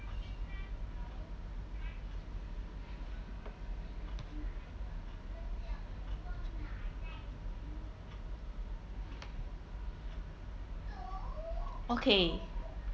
okay